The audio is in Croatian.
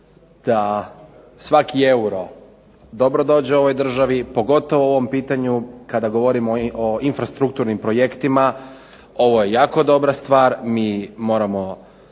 da svaki euro dobro dođe ovoj državi, pogotovo u ovom pitanju kada govorimo o infrastrukturnim projektima. Ovo je jako dobra stvar, mi moramo